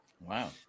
wow